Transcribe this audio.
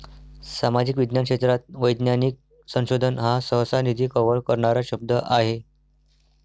सामाजिक विज्ञान क्षेत्रात वैज्ञानिक संशोधन हा सहसा, निधी कव्हर करणारा शब्द आहे